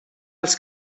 els